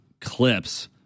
clips